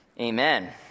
Amen